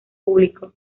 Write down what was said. público